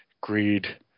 greed